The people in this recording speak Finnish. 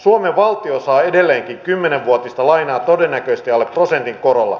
suomen valtio saa edelleenkin kymmenvuotista lainaa todennäköisesti alle prosentin korolla